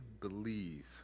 believe